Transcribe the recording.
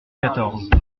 quatorze